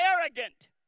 arrogant